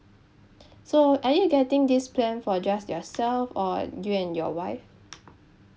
so are you getting this plan for just yourself or you and your wife